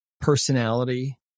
personality